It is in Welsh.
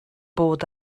bod